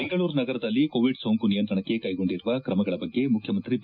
ಬೆಂಗಳೂರು ನಗರದಲ್ಲಿ ಕೋವಿಡ್ ಸೋಂಕು ನಿಯಂತ್ರಣಕ್ಕೆ ಕೈಗೊಂಡಿರುವ ಕ್ರಮಗಳ ಬಗ್ಗೆ ಮುಖ್ಚಮಂತ್ರಿ ಬಿ